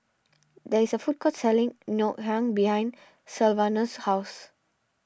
there is a food court selling Ngoh Hiang behind Sylvanus' house